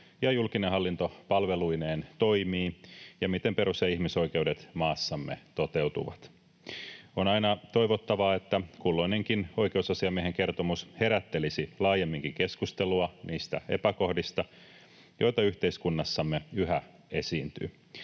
ja julkinen hallinto palveluineen toimii ja miten perus- ja ihmisoikeudet maassamme toteutuvat. On aina toivottavaa, että kulloinenkin oikeusasiamiehen kertomus herättelisi laajemminkin keskustelua niistä epäkohdista, joita yhteiskunnassamme yhä esiintyy,